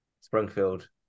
Springfield